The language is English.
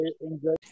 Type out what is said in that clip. enjoy